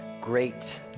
great